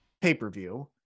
pay-per-view